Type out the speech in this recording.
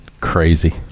Crazy